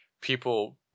people